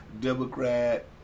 Democrat